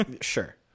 Sure